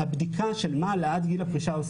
נבדק מה העלאת גיל הפרישה עושה